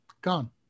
gone